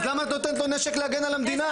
אז למה את נותנת לו נשק כדי להגן על המדינה?